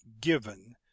given